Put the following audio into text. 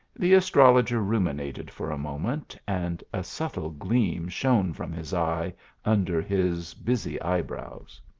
the astrologer ruminated for a moment, and a subtle gleam shone from his eye under his bushy eyebrows.